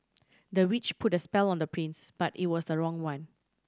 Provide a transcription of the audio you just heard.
the witch put a spell on the prince but it was the wrong one